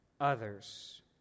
others